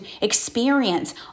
experience